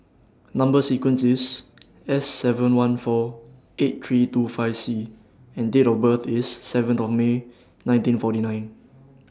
Number sequence IS S seven one four eight three two five C and Date of birth IS seventh of May nineteen forty nine